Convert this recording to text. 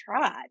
tried